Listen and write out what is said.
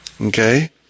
Okay